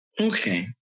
Okay